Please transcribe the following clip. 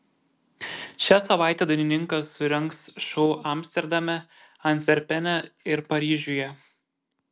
šią savaitę dainininkas surengs šou amsterdame antverpene ir paryžiuje